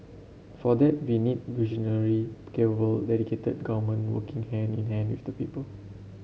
for that we need visionary capable dedicated government working hand in hand with the people